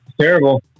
Terrible